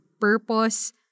purpose